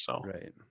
Right